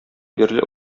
бирле